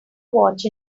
watch